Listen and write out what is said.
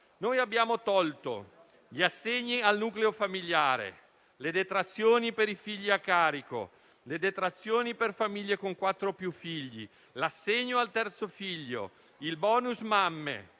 Abbiamo tolto: gli assegni al nucleo familiare, le detrazioni per i figli a carico, le detrazioni per famiglie con quattro o più figli, l'assegno al terzo figlio, il *bonus* mamme,